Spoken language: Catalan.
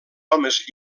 homes